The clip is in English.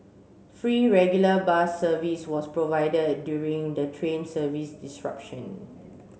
free regular bus service was provided during the train service disruption